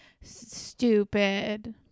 Stupid